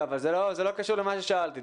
זה לא קשור למה ששאלתי.